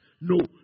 No